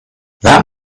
that